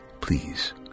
Please